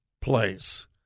place